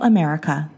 America